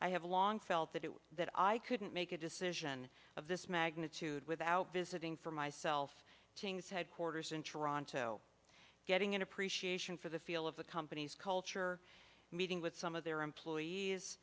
i have long felt that it was that i couldn't make a decision of this magnitude without visiting for myself ting's headquarters in toronto getting an appreciation for the feel of the company's culture meeting with some of their employees